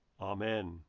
Amen